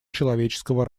человеческого